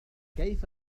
كيف